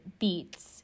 beats